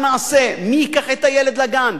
מי ייקח את הילד לגן?